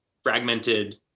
fragmented